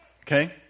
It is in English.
Okay